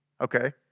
Okay